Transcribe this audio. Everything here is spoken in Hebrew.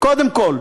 קודם כול.